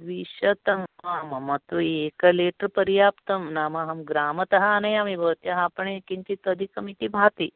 द्विशतं वा मम तु एकं लीटर् पर्याप्तं नाम अहं ग्रामतः आनयामि भवत्याः आपणे किञ्चित् अधिकम् इति भाति